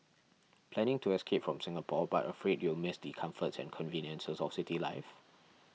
planning to escape from Singapore but afraid you'll miss the comforts and conveniences of city life